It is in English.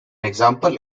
example